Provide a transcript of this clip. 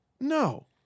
No